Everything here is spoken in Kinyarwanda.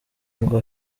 ngo